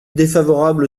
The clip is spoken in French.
défavorable